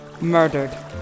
Murdered